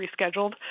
rescheduled